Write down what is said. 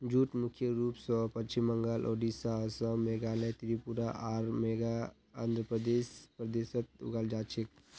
jute मुख्य रूप स पश्चिम बंगाल, ओडिशा, असम, मेघालय, त्रिपुरा आर आंध्र प्रदेशत उगाल जा छेक